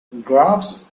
groves